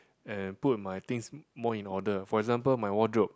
and put my things more in order for example my wardrobe